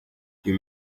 you